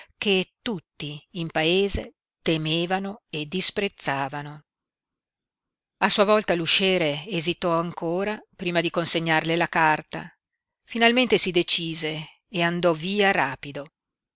che tutti in paese temevano e disprezzavano a sua volta l'usciere esitò ancora prima di consegnarle la carta finalmente si decise e andò via rapido